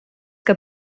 que